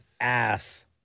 ass